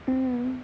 mmhmm